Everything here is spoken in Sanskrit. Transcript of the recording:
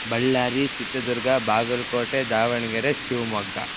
बळ्ळारी चित्तदुर्ग बागल्कोटे दावण्गेरे शिव्मोग्गा